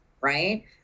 right